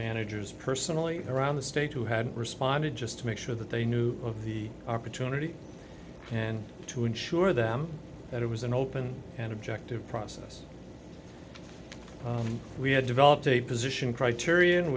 managers personally around the state who had responded just to make sure that they knew of the opportunity and to ensure them that it was an open and objective process and we had developed a position criterion